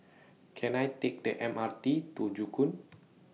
Can I Take The M R T to Joo Koon